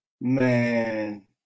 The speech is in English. Man